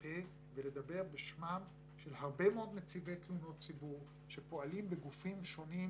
פה ולדבר בשמם של הרבה מאוד נציבי תלונות ציבור שפועלים בגופים שונים